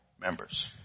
members